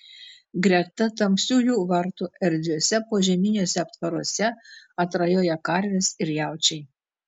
greta tamsiųjų vartų erdviuose požeminiuose aptvaruose atrajoja karvės ir jaučiai